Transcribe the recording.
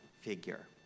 figure